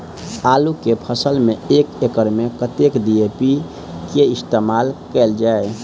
आलु केँ फसल मे एक एकड़ मे कतेक डी.ए.पी केँ इस्तेमाल कैल जाए?